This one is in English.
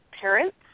parents